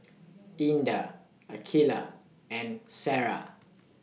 Indah Aqilah and Sarah